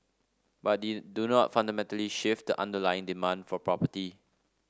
but they do not fundamentally shift the underlying demand for property